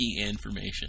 information